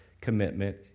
commitment